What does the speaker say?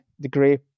degree